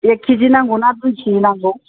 एक केजि नांगौ ना दुइ केजि नांगौ